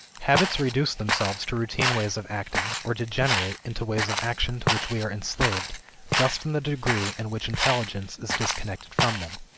habits reduce themselves to routine ways of acting, or degenerate into ways of action to which we are enslaved just in the degree in which intelligence is disconnected from them.